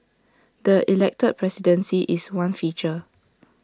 the elected presidency is one feature